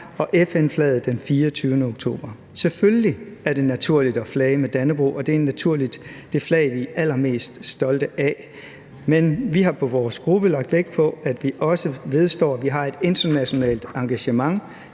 og FN-flaget den 24. oktober. Selvfølgelig er det naturligt at flage med Dannebrog, og det er naturligvis det flag, vi er allermest stolte af, men vi har i vores gruppe lagt vægt på, at vi også vedstår, at vi har et internationalt engagement